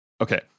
Okay